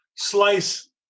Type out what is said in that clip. slice